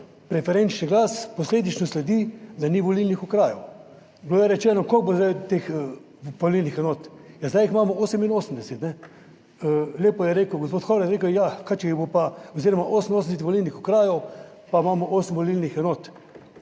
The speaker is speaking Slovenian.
preferenčni glas, posledično sledi, da ni volilnih okrajev. Bilo je rečeno, koliko bo zdaj teh volilnih enot - ja, zdaj jih imamo 88, ne. Lepo je rekel gospod Horvat, je rekel, ja, kaj, če jih bo pa, oziroma 88 volilnih okrajev, pa imamo 8 volilnih enot.